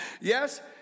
Yes